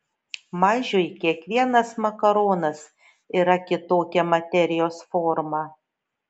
mažiui kiekvienas makaronas yra kitokia materijos forma